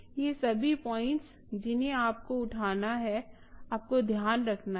ये सभी पॉइंट्स हैं जिन्हें आपको उठाना है आपको ध्यान रखना है